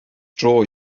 dro